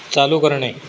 चालू करणे